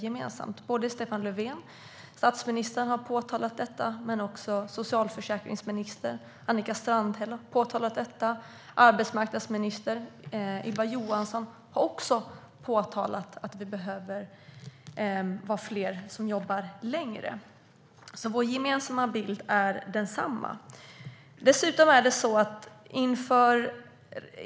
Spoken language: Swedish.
Statsminister Stefan Löfven har framhållit detta, liksom socialförsäkringsminister Annika Strandhäll. Även arbetsmarknadsminister Ylva Johansson har framhållit att vi behöver vara fler som jobbar längre. Vår bild är densamma.